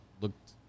looked